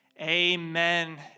Amen